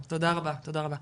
תודה רבה.